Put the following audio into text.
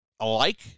alike